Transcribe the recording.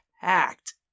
packed